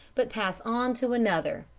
but pass on to another,